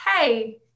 hey